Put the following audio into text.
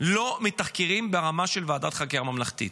לא מתחקרים ברמה של ועדת חקירה ממלכתית.